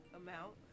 amount